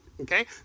Okay